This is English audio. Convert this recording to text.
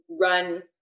run